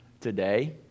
today